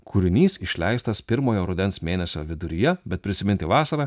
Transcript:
kūrinys išleistas pirmojo rudens mėnesio viduryje bet prisiminti vasarą